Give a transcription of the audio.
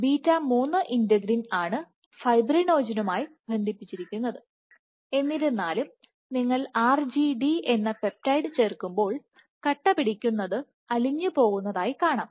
α2b β3 integrin ആണ് ഫൈബ്രിനോജനുമായി ബന്ധിച്ചിരിക്കുന്നത് എന്നിരുന്നാലും നിങ്ങൾ RGD എന്ന ഈ പെപ്റ്റൈഡ് ചേർക്കുമ്പോൾ കട്ടപിടിക്കുന്നത്അലിഞ്ഞു പോകുന്നതായി കാണാം